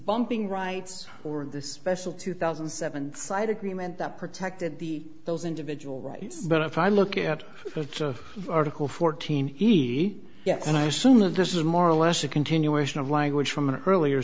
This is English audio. bumping rights or the special two thousand and seven side agreement that protected the those individual rights but if i look at article fourteen easy and i assume that this is more or less a continuation of language from an earlier